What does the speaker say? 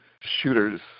shooters